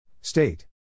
State